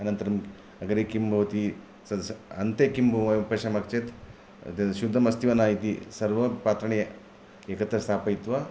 अनन्तरं अग्रे किं भवति तत् स अन्ते किं व पश्यामः चेत् तत् शुद्धं अस्ति वा न इति सर्वमपि पात्राणि एकत्र स्थापयित्वा